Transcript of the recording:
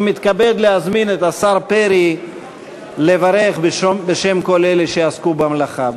ואני מתכבד להזמין את השר פרי לברך בשם כל אלה שעסקו במלאכה.